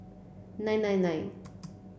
nine nine nine